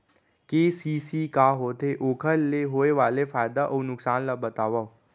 KCC का होथे, ओखर ले होय वाले फायदा अऊ नुकसान ला बतावव?